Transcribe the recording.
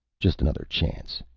just another chance,